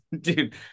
dude